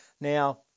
Now